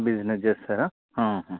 business చేస్తారా